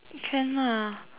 can lah